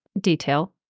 detail